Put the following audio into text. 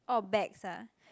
orh bags ah